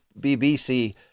BBC